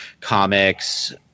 comics